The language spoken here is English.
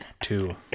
two